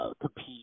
compete